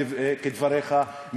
כדבריך,